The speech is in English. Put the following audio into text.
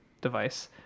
device